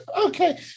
okay